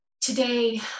Today